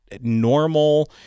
normal